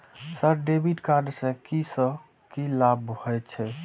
Sir debit card से की से की लाभ हे छे?